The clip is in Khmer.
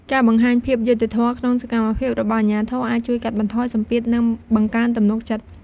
ការបង្ហាញភាពយុត្តិធម៌ក្នុងសកម្មភាពរបស់អាជ្ញាធរ អាចជួយកាត់បន្ថយសម្ពាធនិងបង្កើនទំនុកចិត្ត។